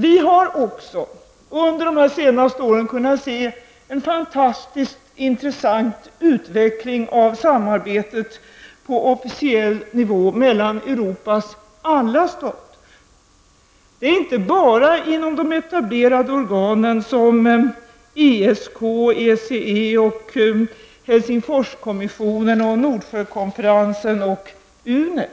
Vi har också under senaste åren kunnat se en mycket intressant utveckling av samarbetet på officiell nivå mellan Europas alla stater. Det är inte bara inom de etablerade organen såsom ESK, Nordsjökonferensen och UNEP som samarbete sker.